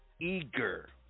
eager